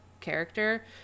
character